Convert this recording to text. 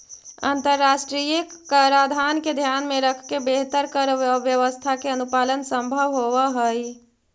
अंतरराष्ट्रीय कराधान के ध्यान में रखके बेहतर कर व्यवस्था के अनुपालन संभव होवऽ हई